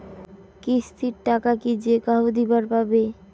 কিস্তির টাকা কি যেকাহো দিবার পাবে?